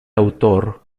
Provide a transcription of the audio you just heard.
autor